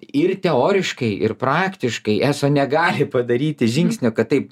ir teoriškai ir praktiškai eso negali padaryti žingsnio kad taip